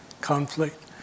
conflict